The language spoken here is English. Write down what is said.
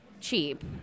cheap